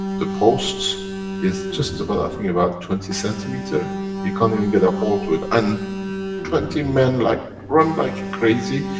the posts is just about i think about twenty centimeter you can't even get a hole through it and twenty men like run like crazy.